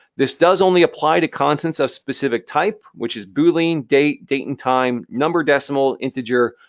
this does only apply to constants of specific type, which is boolean, date, date and time, number decimal, integer,